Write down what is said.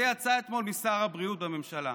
זה יצא אתמול משר הבריאות בממשלה.